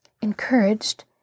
Encouraged